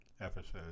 episodes